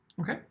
Okay